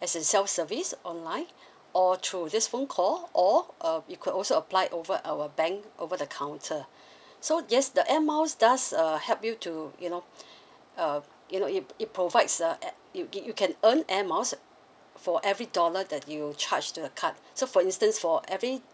as in self service online or through this phone call or uh you could also applied over our bank over the counter so yes the air miles does err help you to you know uh you know it it provides a at it you you can earn air miles for every dollar that you charge the card so for instance for every